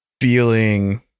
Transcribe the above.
feeling